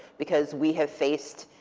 because we have faced,